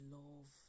love